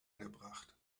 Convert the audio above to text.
angebracht